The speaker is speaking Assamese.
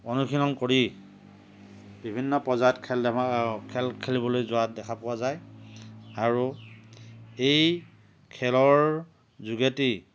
অনুশীলন কৰি বিভিন্ন পৰ্যায়ত খেল ধে খেলিবলৈ যোৱা দেখা পোৱা যায় আৰু এই খেলৰ যোগেদি